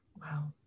wow